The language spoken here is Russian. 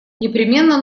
непременно